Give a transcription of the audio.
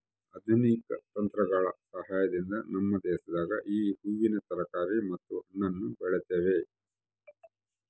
ಆಧುನಿಕ ತಂತ್ರಗಳ ಸಹಾಯದಿಂದ ನಮ್ಮ ದೇಶದಾಗ ಈ ಹೂವಿನ ತರಕಾರಿ ಮತ್ತು ಹಣ್ಣನ್ನು ಬೆಳೆತವ